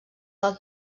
del